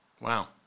Wow